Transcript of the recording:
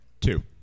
Two